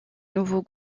nouveau